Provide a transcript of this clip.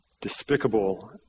despicable